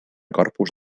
corpus